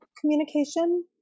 communication